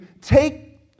take